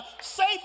safe